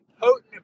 potent